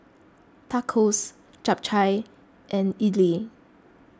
Tacos Japchae and Idili